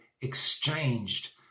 exchanged